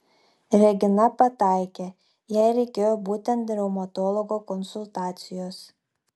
regina pataikė jai reikėjo būtent reumatologo konsultacijos